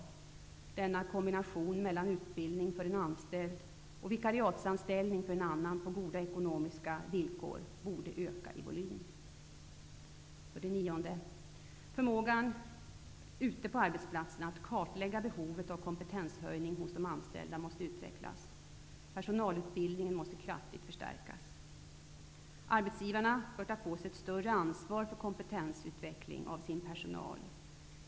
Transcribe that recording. Denna möjlighet till kombination mellan utbildning för en anställd och vikariatsanställning för en annan på goda ekonomiska villkor borde utnyttjas mer. För det nionde: Förmågan att ute på arbetsplatserna kartlägga behovet av kompetenshöjning hos de anställda måste utvecklas. Personalutbildningen måste kraftigt förstärkas. Arbetsgivarna bör ta på sig ett större ansvar för kompetensutveckling av sin personal.